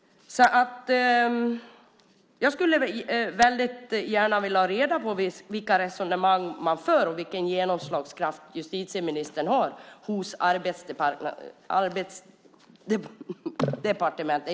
Jag skulle gärna vilja ha reda på vilka resonemang som förs och vilken genomslagskraft justitieministern har hos Arbetsmarknadsdepartementet.